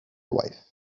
wife